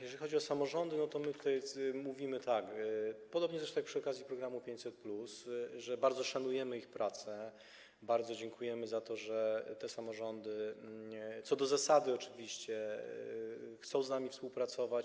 Jeżeli chodzi o samorządy, to my tutaj mówimy, podobnie zresztą jak przy okazji programu 500+, że bardzo szanujemy ich pracę, bardzo dziękujemy za to, że te samorządy, co do zasady oczywiście, chcą z nami współpracować.